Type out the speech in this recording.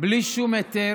בלי שום היתר,